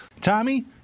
Tommy